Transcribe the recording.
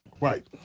Right